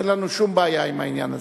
אין לנו שום בעיה עם העניין הזה.